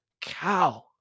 cow